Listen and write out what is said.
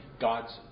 God's